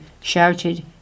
shouted